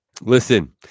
Listen